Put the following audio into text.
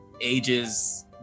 ages